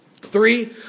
Three